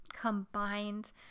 combined